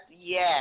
yes